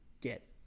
get